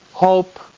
hope